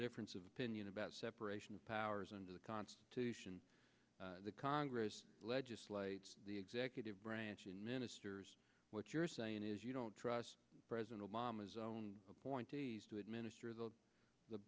difference of opinion about separation of powers under the constitution the congress legislates the executive branch and ministers what you're saying is you don't trust president obama's own appointees to administer the